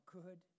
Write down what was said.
good